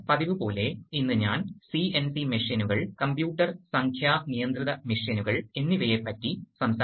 ഈ പാഠത്തിൽ നമ്മൾ നോക്കാൻ പോകുന്നത് ന്യൂമാറ്റിക് സിസ്റ്റങ്ങളെ കുറിച്ചാണ് ആണ്